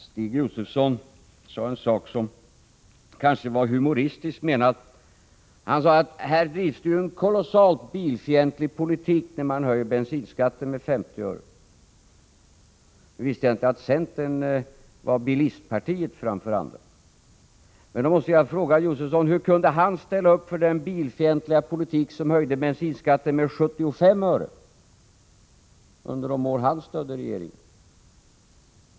Stig Josefson sade en sak som kanske var humoristiskt menad. Han sade att det drivs en kolossalt bilfientlig politik när man höjer bensinskatten med 50 öre. Jag visste inte att centern var bilistpartiet framför andra. Jag måste fråga Stig Josefson: Hur kunde Stig Josefson ställa upp för den bilfientliga politik som höjde bensinskatten med 75 öre under de år han stödde regeringen?